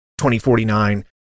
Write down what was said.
2049